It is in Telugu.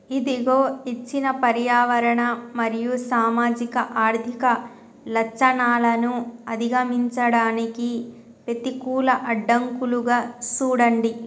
ఇదిగో ఇచ్చిన పర్యావరణ మరియు సామాజిక ఆర్థిక లచ్చణాలను అధిగమించడానికి పెతికూల అడ్డంకులుగా సూడండి